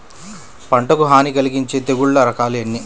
పంటకు హాని కలిగించే తెగుళ్ళ రకాలు ఎన్ని?